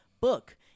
book